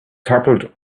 toppled